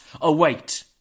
await